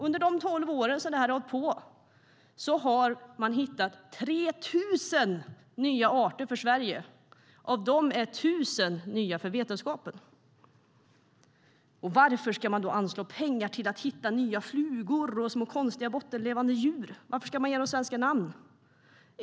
Under de tolv år som det här har hållit på har man hittat 3 000 nya arter för Sverige. Av dem är 1 000 nya för vetenskapen. Varför ska man då anslå pengar för att man ska hitta nya flugor och små konstiga bottenlevande djur? Varför ska man ge dem svenska namn?